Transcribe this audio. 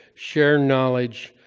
share knowledge.